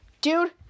dude